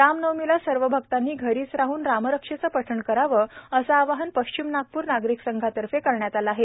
राम नवमीला सर्व भक्तांनी घरीच राहन रामरक्षेचे पठन करावे असे आवाहन पश्चिम नागपूर नागरिक संघातर्फे करण्यात आले आहे